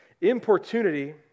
importunity